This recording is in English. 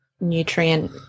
nutrient